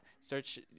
Search